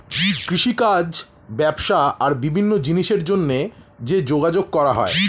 কৃষিকাজ, ব্যবসা আর বিভিন্ন জিনিসের জন্যে যে যোগাযোগ করা হয়